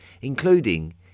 including